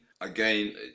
Again